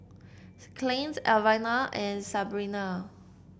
Clint Ivana and Sabina